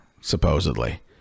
supposedly